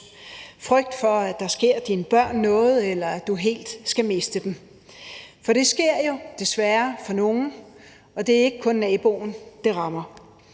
frygt for, at der sker dine børn noget, eller at du helt skal miste dem, for det sker jo desværre for nogle, og det er ikke kun naboen, det rammer.